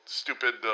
stupid